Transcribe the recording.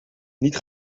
niet